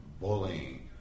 bullying